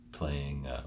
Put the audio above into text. Playing